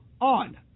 on